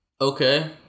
Okay